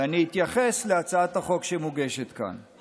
ואני אתייחס להצעת החוק שמוגשת כאן.